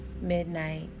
Midnight